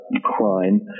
crime